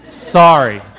Sorry